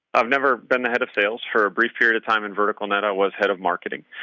i've never been the head of sales. for a brief period of time in vertical net, i was head of marketing.